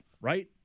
right